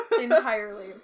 Entirely